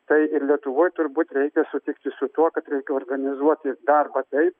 tai ir lietuvoj turbūt reikia sutikti su tuo kad reikia organizuoti darbą taip